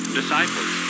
disciples